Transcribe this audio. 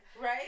Right